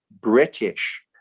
British